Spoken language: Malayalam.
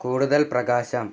കൂടുതൽ പ്രകാശം